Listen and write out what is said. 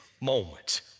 moment